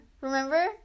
Remember